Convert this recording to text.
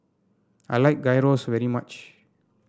I like Gyros very much